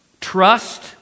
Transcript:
trust